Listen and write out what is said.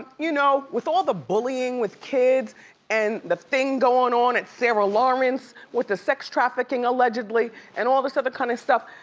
you know, with all the bullying with kids and the thing going on at sarah lawrence, with the sex trafficking allegedly, and all this other kinda kind of stuff,